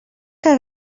que